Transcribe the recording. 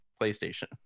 PlayStation